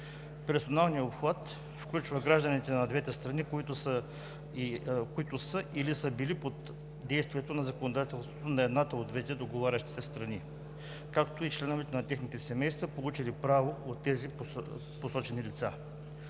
Персоналният обхват включва гражданите на двете страни, които са или са били под действието на законодателството на една от двете договарящи се страни, както и членовете на техните семейства, получили право от тези посочени лица.